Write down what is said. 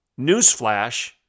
Newsflash